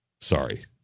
Sorry